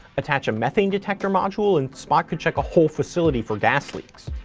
attach a methane detector module, and spot can check a whole facility for gas leaks.